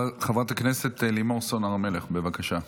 חברת הכנסת לימור סון הר מלך, בבקשה.